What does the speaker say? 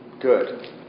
Good